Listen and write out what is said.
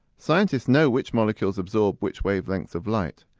scientists know which molecules absorb which wavelengths of light.